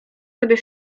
sobie